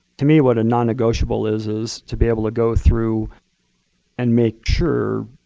to me what a nonnegotiable is, is to be able to go through and make sure,